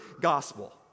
gospel